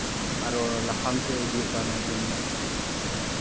ᱟᱨᱚ ᱞᱟᱯᱷᱟᱝ ᱥᱮᱫ ᱤᱫᱤᱭᱮᱫ ᱠᱚᱣᱟ ᱱᱚᱣᱟ ᱜᱮᱢ ᱜᱮ